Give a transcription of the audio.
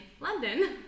London